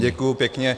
Děkuji pěkně.